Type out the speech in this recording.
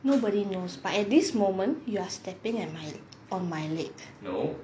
nobody knows but at this moment you are stepping at my on my leg